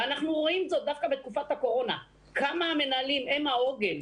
ואנחנו רואים שדווקא בתקופת הקורונה כמה המנהלים הם העוגן,